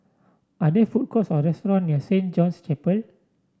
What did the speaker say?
are there food courts or restaurants near Saint John's Chapel